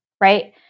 right